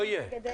לא יהיה.